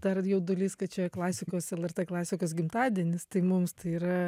dar jaudulys kad šioje klasikos lrt klasikos gimtadienis tai mums tai yra